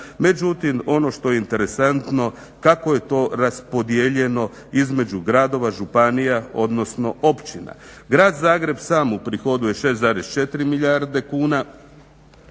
međutim ono što je interesantno kako je to raspodijeljeno između gradova, županija odnosno općina. Grad Zagreb sam uprihoduje 6,4 milijarde kuna,